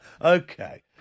Okay